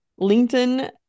LinkedIn